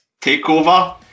takeover